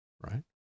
right